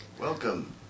Welcome